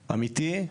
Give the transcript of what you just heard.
אמיתי,